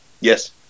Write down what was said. Yes